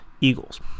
Eagles